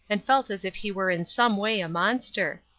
and felt as if he were in some way a monster.